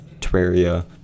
terraria